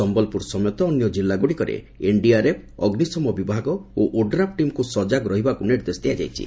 ସମ୍ୟଲପୁର ସମେତ ଅନ୍ୟ କିଲ୍ଲା ଗୁଡ଼ିକରେ ଏନ୍ଡିଆର୍ଏଫ୍ ଅଗ୍ରିଶମ ବିଭାଗ ଓ ଓଡ୍ରାଫ ଟିମ୍କୁ ସକାଗ ରହିବାକୁ ନିର୍ଦ୍ଦେଶ ଦିଆଯାଇଛି